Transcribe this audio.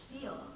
deal